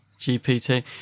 gpt